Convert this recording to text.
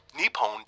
Nippon